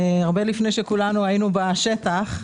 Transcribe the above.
הרבה לפני שכולנו היינו בשטח,